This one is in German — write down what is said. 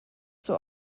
zur